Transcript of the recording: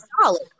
solid